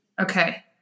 Okay